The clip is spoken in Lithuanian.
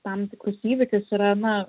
tam tikrus įvykius yra na